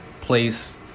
place